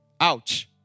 Ouch